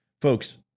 Folks